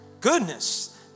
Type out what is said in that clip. goodness